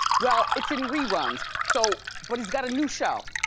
well, it's in reruns, so but he's got a new show,